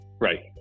right